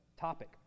topic